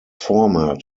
format